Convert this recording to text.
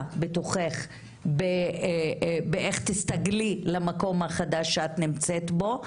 בתוכך איך תסתגלי למקום החדש שאת נמצאת בו,